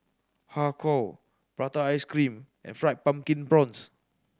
Har Kow prata ice cream and Fried Pumpkin Prawns